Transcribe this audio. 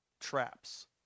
traps